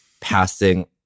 passing